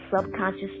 subconscious